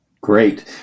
Great